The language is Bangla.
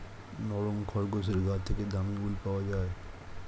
নরম খরগোশের গা থেকে দামী উল পাওয়া যায়